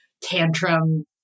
tantrum